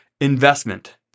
investment